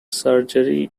surgery